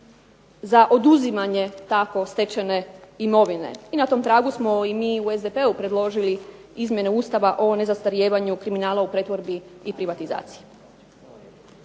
za oduzimanje tako stečene imovine i na tom tragu smo i mi u SDP-u predložili izmjene Ustava o nezastarijevanju kriminala u pretvorbi i privatizaciji.